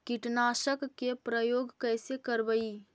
कीटनाशक के उपयोग कैसे करबइ?